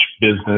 business